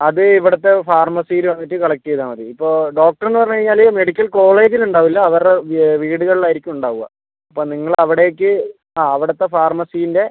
അത് ഇവിടുത്തെ ഫാർമസീല് വന്നിട്ട് കളക്ട് ചെയ്താൽ മതി ഇപ്പോൾ ഡോക്ടറെന്ന് പറഞ്ഞ് കഴിഞ്ഞാൽ മെഡിക്കൽ കോളേജിലുണ്ടാവുലാ അവരുടെ വീടുകളിലായിരിക്കും ഉണ്ടാവുക അപ്പോൾ നിങ്ങളവിടേക്ക് ആ അവിടുത്തെ ഫാർമസീൻറെ